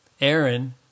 Aaron